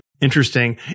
interesting